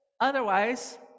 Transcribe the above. Otherwise